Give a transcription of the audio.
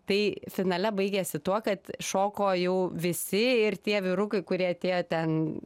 tai finale baigėsi tuo kad šoko jau visi ir tie vyrukai kurie atėjo ten